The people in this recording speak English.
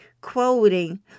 quoting